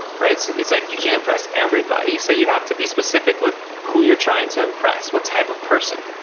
right? it's like you can't impress everybody. so you have to be specific with who you're trying to impress. what type of person